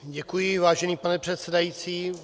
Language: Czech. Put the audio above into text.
Děkuji, vážený pane předsedající.